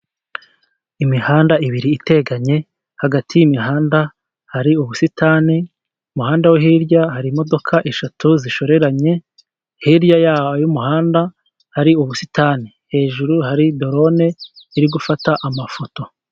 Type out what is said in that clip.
Imihanda ibiri iteganye, hagati y'imihanda hari ubusitani. Mu muhanda wo hirya hari imodoka eshatu zishoreranye, hirya y'umuhanda hari ubusitani, hejuru hari dorone iri gufata amafoto.